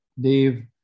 Dave